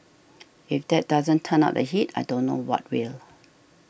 if that doesn't turn up the heat I don't know what will